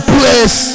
Bliss